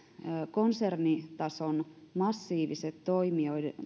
konsernitason massiivisten toimijoiden